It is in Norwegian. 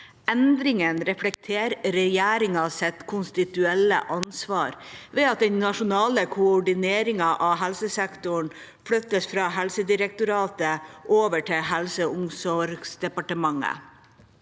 Endringen reflekterer regjeringas konstitusjonelle ansvar ved at den nasjonale koordineringen av helsesektoren flyttes fra Helsedirektoratet over til Helse- og omsorgsdepartementet.